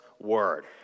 word